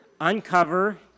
Uncover